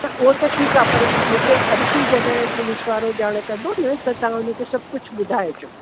उहो त ठीकु आहे पर उते अचे जॾहिं पुलिस वारो ॼाणु कंदो न त तव्हां उन खे सभु कुझु ॿुधाइजो